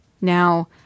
now